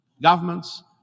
Governments